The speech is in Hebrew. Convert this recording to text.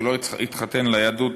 שלא להתחתן לפי היהדות,